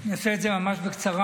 אני אעשה את זה ממש בקצרה.